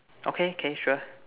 okay okay sure